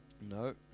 No